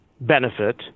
benefit